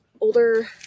Older